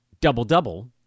double-double